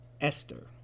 Esther